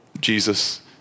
Jesus